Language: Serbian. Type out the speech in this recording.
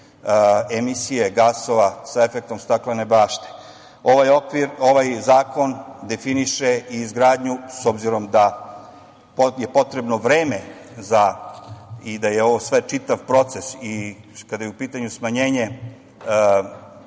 emisije gasova sa efektom staklene bašte. Ovaj zakon definiše i izgradnju, s obzirom da je potrebno vreme i da je ovo sve čitav proces i kada je u pitanju smanjenje